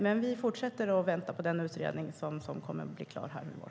Men vi fortsätter vänta på den utredning som kommer att bli klar nu i vår.